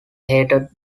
hated